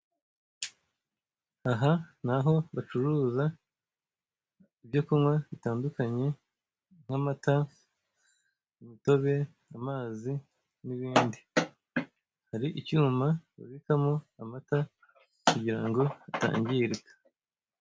Aha ni aho bacuruza ibyo kunywa bitandukanye; nk'amata, imitobe, amazi, n'ibindi. Hari icyuma babikamo amata kugira ngo atangirika.